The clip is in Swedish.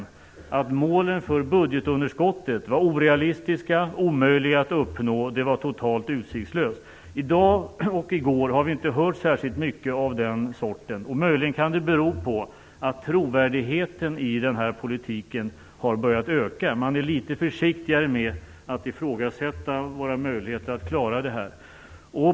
Då hette det att målen för budgetunderskottet var orealistiska och omöjliga att uppnå. Det var totalt utsiktslöst. I dag och i går har vi inte hört särskilt mycket av den sorten. Det kan möjligen bero på att trovärdigheten i denna politik har börjat öka. Man är litet försiktigare med att ifrågasätta våra möjligheter att klara detta.